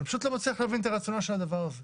אני פשוט לא מצליח להבין את הרציונל של הדבר הזה.